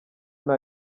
nta